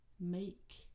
make